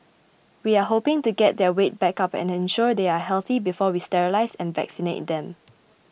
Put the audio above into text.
we are hoping to get their weight back up and ensure they are healthy before we sterilise and vaccinate them